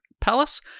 Palace